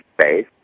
space